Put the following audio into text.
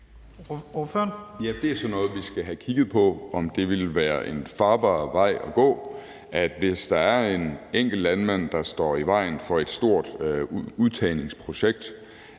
Olesen (LA): Ja, det er sådan noget, vi skal have kigget på, altså om det ville være en farbar vej at gå. Hvis der er en enkelt landmand, der står i vejen for et stort udtagningsprojekt,